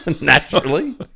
naturally